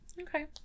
Okay